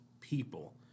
people